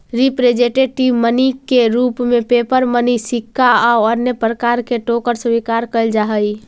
representative money के रूप में पेपर मनी सिक्का आउ अन्य प्रकार के टोकन स्वीकार कैल जा हई